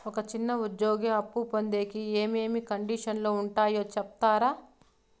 ఒక చిన్న ఉద్యోగి అప్పు పొందేకి ఏమేమి కండిషన్లు ఉంటాయో సెప్తారా?